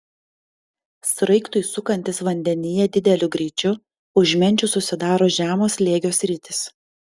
sraigtui sukantis vandenyje dideliu greičiu už menčių susidaro žemo slėgio sritys